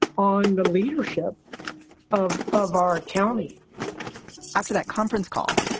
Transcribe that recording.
on the leadership of of our county after that conference call,